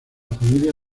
familia